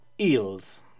Eels